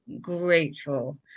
grateful